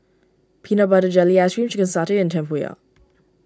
Peanut Butter Jelly Ice Cream Chicken Satay and Tempoyak